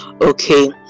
okay